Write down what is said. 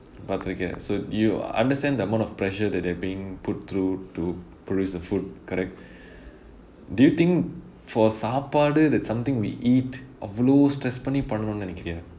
okay okay so you understand the amount of pressure that they're being put through to produce a food correct do you think for சாபாடு:saapaadu that something we eat அவ்வளவு:avvalavu stress பண்ணி பண்ணனும் நினைக்கிறையா:panni pannanum ninaikiriyaa